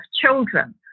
children